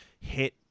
hit